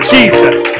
Jesus